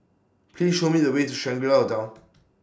Please Show Me The Way to Shangri La Hotel